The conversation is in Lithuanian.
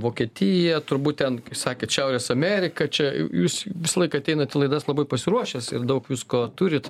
vokietija turbūt ten kaip sakėt šiaurės amerika čia j jūs visąlaik ateinat į laidas labai pasiruošęs ir daug visko turit